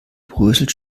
bröselt